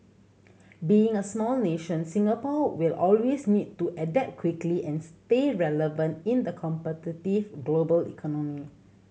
being a small nation Singapore will always need to adapt quickly and stay relevant in the competitive global economy